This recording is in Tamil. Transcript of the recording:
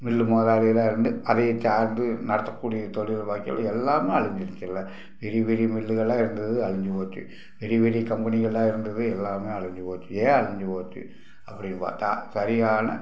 மில் முதலாளிகளா இருந்து அதையே சார்ந்து நடத்தக்கூடிய தொழில் வாழ்க்கையில் எல்லோருமே அழிஞ்சிருச்சில்ல பெரிய பெரிய மில்லுகளாக இருந்தது அழிஞ்சு போச்சு பெரிய பெரிய கம்பெனிகளாக இருந்தது எல்லாமே அழிஞ்சு போச்சு ஏன் அழிஞ்சு போச்சு அப்படின்னு பார்த்தா சரியான